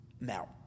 Now